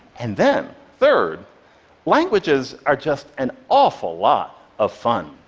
and then, third languages are just an awful lot of fun.